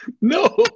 No